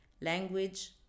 language